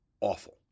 awful